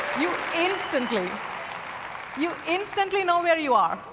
you instantly you instantly know where you are.